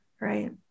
right